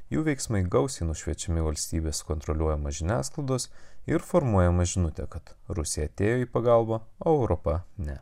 jų veiksmai gausiai nušviečiami valstybės kontroliuojamos žiniasklaidos ir formuojama žinutė kad rusija atėjo į pagalbą o europa ne